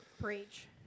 preach